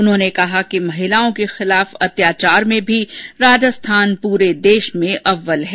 उन्होंने कहा कि महिलाओं के खिलाफ अत्याचार में भी राजस्थान पूरे देश मे अव्वल है